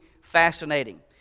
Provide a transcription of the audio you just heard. fascinating